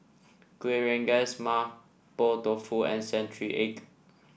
Kuih Rengas Mapo Tofu and Century Egg